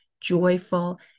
joyful